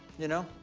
you know.